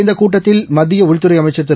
இந்தகூட்டத்தில் மத்தியஉள்துறைஅமைச்சர் திரு